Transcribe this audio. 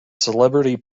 celebrity